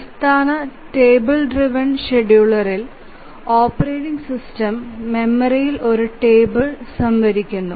അടിസ്ഥാന table driven ഷെഡ്യൂളറിൽ operating system മെമ്മറിയിൽ ഒരു ടേബിൾ സംഭരിക്കുന്നു